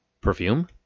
Perfume